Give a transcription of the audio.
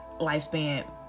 lifespan